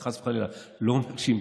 אני חס וחלילה לא אומר שהמצאת,